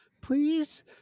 please